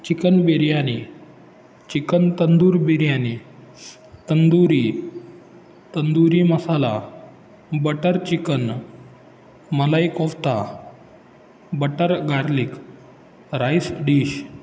chicken biryani chicken tandoor biryani tandoori tandoori masala butter chicken malai kofta butter garlic rice dish